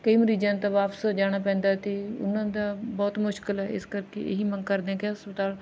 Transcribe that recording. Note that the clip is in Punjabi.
ਕਈ ਮਰੀਜ਼ਾਂ ਨੂੰ ਤਾਂ ਵਾਪਸ ਜਾਣਾ ਪੈਂਦਾ ਅਤੇ ਉਹਨਾਂ ਦਾ ਬਹੁਤ ਮੁਸ਼ਕਿਲ ਹੈ ਇਸ ਕਰਕੇ ਇਹੀ ਮੰਗ ਕਰਦੇ ਹਾਂ ਕਿ ਹਸਪਤਾਲ